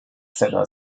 صدا